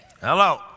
Hello